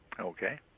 Okay